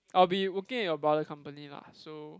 I'll be working at your brother company lah so